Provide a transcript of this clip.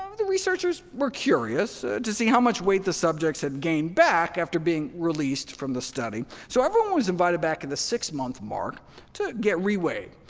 ah the researchers were curious to see how much weight the subjects had gained back after being released from the study. so, everyone was invited back at the six-month mark to get re-weighed.